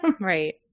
Right